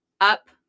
up